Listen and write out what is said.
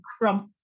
Crump